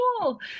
cool